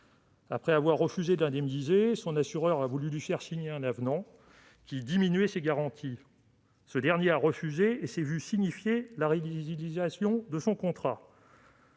après avoir refusé de l'indemniser, son assureur a prétendu lui faire signer un avenant diminuant ses garanties ; quand le chef a refusé, il s'est vu signifier la résiliation de son contrat